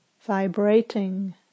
vibrating